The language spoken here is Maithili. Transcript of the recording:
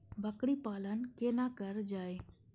बकरी पालन केना कर जाय?